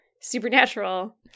Supernatural